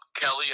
Kelly